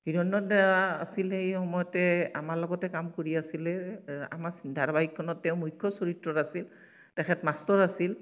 হিৰণ্য় দা আছিল সেই সময়তে আমাৰ লগতে কাম কৰি আছিলে আমাৰ ধাৰাবাহিকখনত তেওঁ মূখ্য় চৰিত্ৰত আছিল তেখেত মাষ্টৰ আছিল